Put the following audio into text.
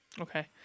Okay